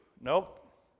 Nope